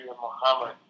Muhammad